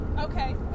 Okay